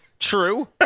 True